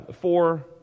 four